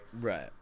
Right